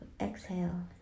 Exhale